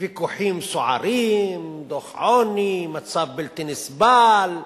ויכוחים סוערים, דוח עוני, מצב בלתי נסבל,